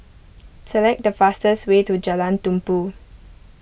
select the fastest way to Jalan Tumpu